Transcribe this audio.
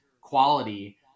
quality